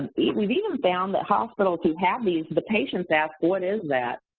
and we've even found that hospitals who have these the patients ask, what is that?